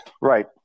Right